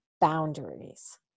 boundaries